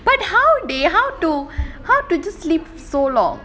but how dey how to how to just sleep so long